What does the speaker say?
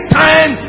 time